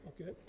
okay